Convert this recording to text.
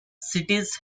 cites